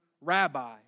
rabbi